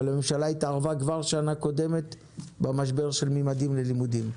אבל הממשלה התערבה כבר בשנה הקודמת במשבר של 'ממדים ללימודים'.